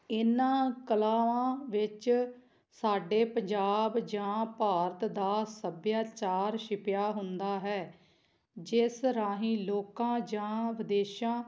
ਇਹਨਾਂ ਕਲਾਵਾਂ ਵਿੱਚ ਸਾਡੇ ਪੰਜਾਬ ਜਾਂ ਭਾਰਤ ਦਾ ਸੱਭਿਆਚਾਰ ਛਿਪਿਆ ਹੁੰਦਾ ਹੈ ਜਿਸ ਰਾਹੀਂ ਲੋਕਾਂ ਜਾਂ ਵਿਦੇਸ਼ਾਂ